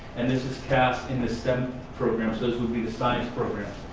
and this is cast in the seventh program so this would be the science program.